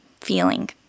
feeling